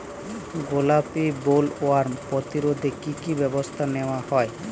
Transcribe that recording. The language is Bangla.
গোলাপী বোলওয়ার্ম প্রতিরোধে কী কী ব্যবস্থা নেওয়া হয়?